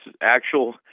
actual